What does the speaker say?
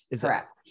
correct